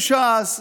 לש"ס,